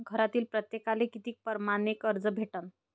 घरातील प्रत्येकाले किती परमाने कर्ज भेटन?